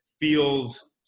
feels